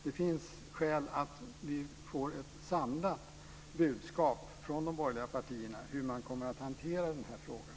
Det finns skäl att få ett samlat budskap från de borgerliga partierna om hur man kommer att hantera den här frågan.